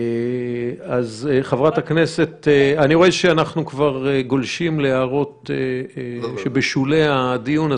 אני רואה שאנחנו כבר גולשים להערות שבשולי הדיון.